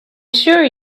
sure